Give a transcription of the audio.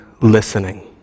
listening